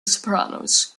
sopranos